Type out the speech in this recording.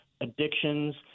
addictions